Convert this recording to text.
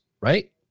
right